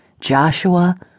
Joshua